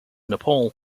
nepal